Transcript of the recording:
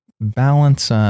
balance